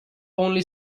only